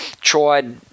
tried